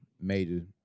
major